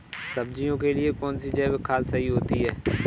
सब्जियों के लिए कौन सी जैविक खाद सही होती है?